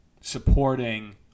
supporting